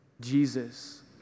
Jesus